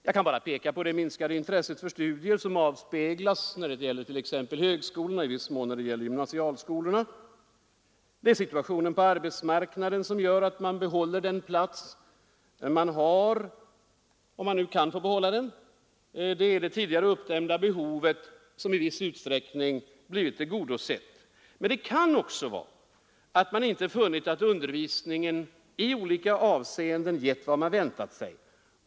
Jag kan bara peka på det minskade intresse för studier som avspeglas främst när det gäller högskolor och gymnasieskolor, situationen på arbetsmarknaden som gör att man behåller den plats man har — om man kan — samt det tidigare uppdämda behovet som i viss utsträckning tillgodosetts. Men det kan också vara så att man inte funnit att undervisningen i olika avseenden givit vad man väntat sig.